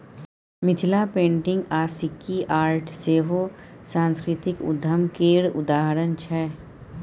Mithila painting आ sikki art सेहो सास्कृतिक उद्यम केर उदाहरण छै